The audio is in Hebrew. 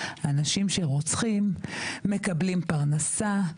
אנשים שרוצחים מקבלים פרנסה,